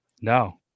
No